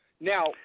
Now